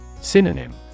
Synonym